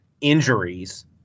injuries